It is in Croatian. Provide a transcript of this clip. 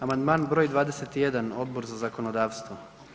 Amandman broj 21, Odbor za zakonodavstvo.